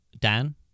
Dan